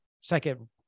second